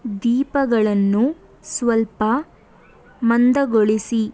ದೀಪಗಳನ್ನು ಸ್ವಲ್ಪ ಮಂದಗೊಳಿಸಿ